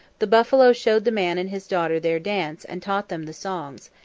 the buffalo showed the man and his daughter their dance and taught them the songs,